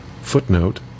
footnote